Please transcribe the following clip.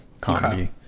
comedy